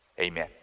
Amen